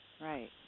Right